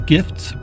Gifts